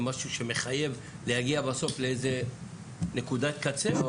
זה משהו שמחייב להגיע בסוף לאיזה נקודת קצה?